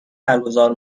برگزار